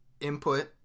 input